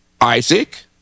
Isaac